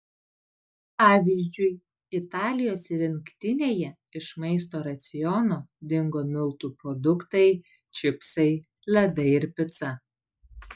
pavyzdžiui italijos rinktinėje iš maisto raciono dingo miltų produktai čipsai ledai ir pica